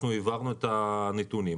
אנחנו העברנו את הנתונים,